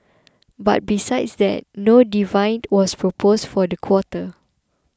but besides that no dividend was proposed for the quarter